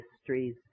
histories